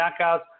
knockouts